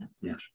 Yes